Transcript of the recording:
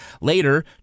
Later